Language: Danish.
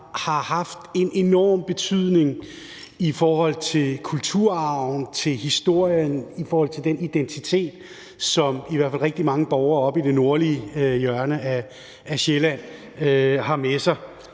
har haft en enorm betydning for kulturarven, historien og den identitet, som i hvert fald rigtig mange borgere oppe i det nordlige hjørne af Sjælland har med sig.